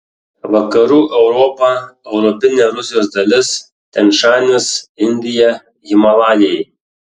vakarų europa europinė rusijos dalis tian šanis indija himalajai